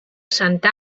santa